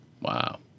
Wow